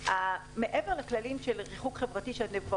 מעבר לכללים של ריחוק חברתי שאתם כבר